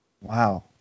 wow